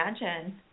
imagine